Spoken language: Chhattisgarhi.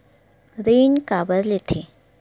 ऋण काबर लेथे?